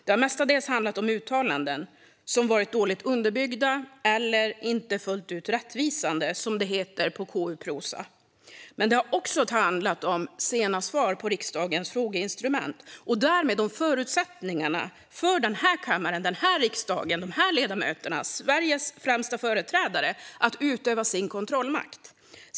Det har mestadels handlat om uttalanden som varit dåligt underbyggda eller inte fullt ut rättvisande, som det heter på KU-prosa. Det har också handlat om sena svar på riksdagens frågeinstrument och därmed om förutsättningarna för denna kammare, denna riksdag, dessa ledamöter och Sveriges främsta företrädare att utöva sin kontrollmakt.